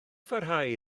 pharhau